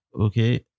okay